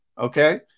okay